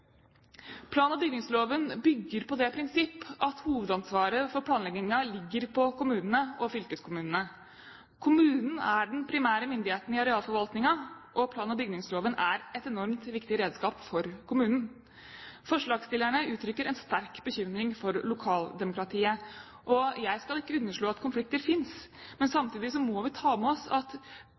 Plan- og bygningsloven bygger på det prinsipp at hovedansvaret for planleggingen ligger på kommunene og fylkeskommunene. Kommunen er den primære myndigheten i arealforvaltningen, og plan- og bygningsloven er et enormt viktig redskap for kommunen. Forslagsstillerne uttrykker en sterk bekymring for lokaldemokratiet. Jeg skal ikke underslå at konflikter fins, men samtidig må vi ta med oss at